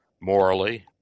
morally